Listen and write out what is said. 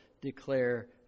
declare